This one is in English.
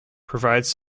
provides